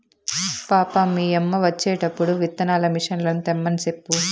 పాపా, మీ యమ్మ వచ్చేటప్పుడు విత్తనాల మిసన్లు తెమ్మని సెప్పు